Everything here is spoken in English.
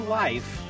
life